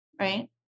Right